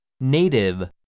Native